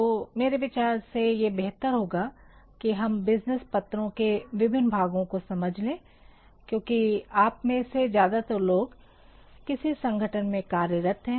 तो मेरे विचार से ये बेहतर होगा कि हम बिज़नेस पत्रों के विभिन्न भागों की समझ ले क्योंकि आप में से ज्यादातर लोग किसी संगठन में कार्यरत है